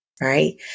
Right